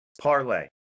parlay